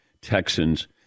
Texans